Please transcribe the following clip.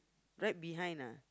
right behind lah